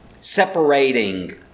separating